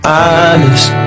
Honest